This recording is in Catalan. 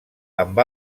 amb